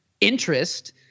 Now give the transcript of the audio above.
interest